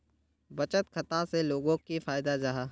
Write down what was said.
बचत खाता से लोगोक की फायदा जाहा?